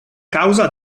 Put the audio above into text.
causa